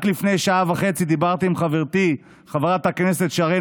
רק לפני שעה וחצי דיברתי עם חברתי חברת הכנסת שרן